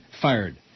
Fired